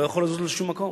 לא יכול לזוז לשום מקום.